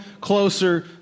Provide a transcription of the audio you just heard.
closer